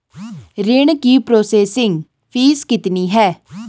ऋण की processing fee कितनी है?